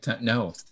No